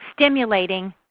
stimulating